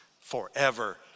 forever